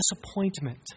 disappointment